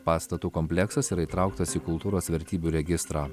pastatų kompleksas yra įtrauktas į kultūros vertybių registrą